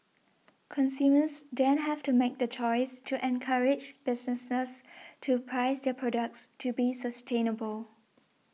consumers then have to make the choice to encourage businesses to price their products to be sustainable